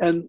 and